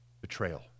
betrayal